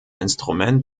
instrument